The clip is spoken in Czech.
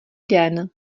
den